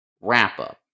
wrap-up